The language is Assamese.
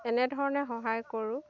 এনেধৰণে সহায় কৰোঁ